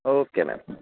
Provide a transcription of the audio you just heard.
okay ma'am